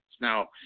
Now